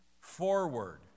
forward